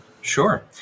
Sure